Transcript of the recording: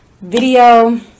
video